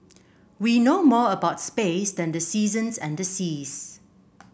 we know more about space than the seasons and the seas